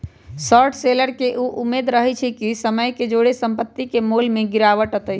short seller के इ उम्मेद रहइ छइ कि समय के जौरे संपत्ति के मोल में गिरावट अतइ